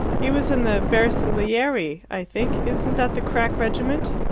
he was in the bersaglieri, i think. isn't that the crack regiment?